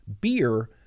beer